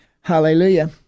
Hallelujah